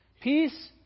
Peace